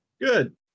Good